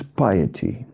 piety